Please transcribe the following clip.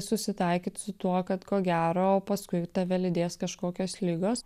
susitaikyt su tuo kad ko gero paskui tave lydės kažkokios ligos